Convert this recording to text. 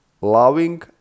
loving